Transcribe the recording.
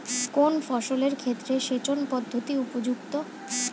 কোন ফসলের ক্ষেত্রে সেচন পদ্ধতি উপযুক্ত?